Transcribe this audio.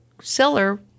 seller